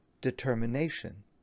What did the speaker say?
determination